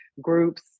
groups